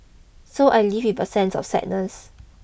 so I leave with a sense of sadness